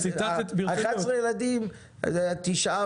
11, זה תשעה ילדים והורים.